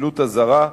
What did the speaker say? שילוט אזהרה,